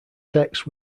text